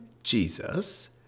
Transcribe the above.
Jesus